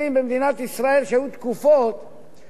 חלק מהתאגידים לא היו יכולים לשלם משכורת,